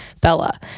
Bella